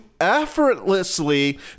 effortlessly